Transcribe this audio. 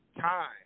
time